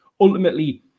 ultimately